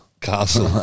Castle